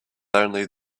only